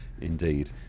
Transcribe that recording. Indeed